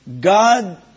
God